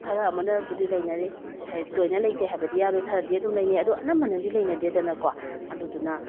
ꯈꯔ ꯑꯃꯅꯕꯨꯗꯤ ꯂꯩꯅꯔꯤ ꯂꯣꯏꯅ ꯂꯩꯇꯦ ꯍꯥꯏꯕꯗꯤ ꯌꯥꯔꯣꯏ ꯈꯔꯗꯤ ꯑꯗꯨꯝ ꯂꯩꯅꯩ ꯑꯗꯣ ꯑꯅꯝꯕꯅꯗꯤ ꯂꯩꯅꯗꯦꯗꯅꯀꯣ ꯑꯗꯨꯗꯨꯅ